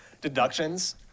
deductions